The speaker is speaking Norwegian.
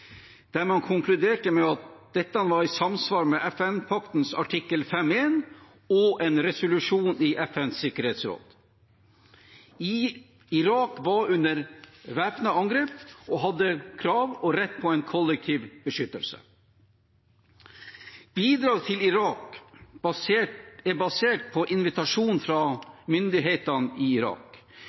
der man konkluderte med at dette var i samsvar med FN-paktens artikkel 51 og en resolusjon i FNs sikkerhetsråd. Irak var under væpnet angrep og hadde krav og rett på en kollektiv beskyttelse. Bidraget til Irak er basert på en invitasjon fra myndighetene i Irak.